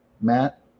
Matt